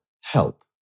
Help